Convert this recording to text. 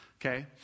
Okay